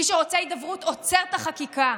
מי שרוצה הידברות עוצר את החקיקה.